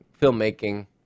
filmmaking